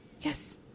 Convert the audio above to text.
Yes